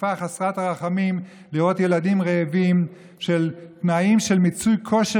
השאיפה חסרת הרחמים לראות ילדים רעבים בשל תנאים למיצוי כושר